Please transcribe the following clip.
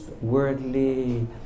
worldly